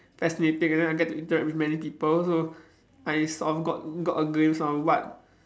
fascinating then I get to interact with many people so I s~ got got a glimpse on what